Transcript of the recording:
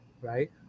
right